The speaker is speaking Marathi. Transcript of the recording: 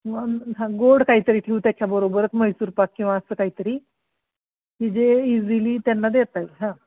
हां गोड काहीतरी ठेवू त्याच्याबरोबरच म्हैसूरपाक किंवा असं काहीतरी की जे इझिली त्यांना देता हां